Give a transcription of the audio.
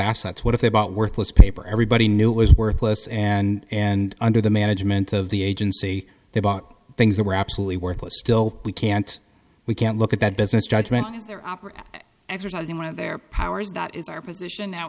assets what if they bought worthless paper everybody knew it was worthless and and under the management of the agency they bought things that were absolutely worthless still we can't we can't look at that because they're operating exercising one of their powers that is our position now